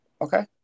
Okay